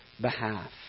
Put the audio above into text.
behalf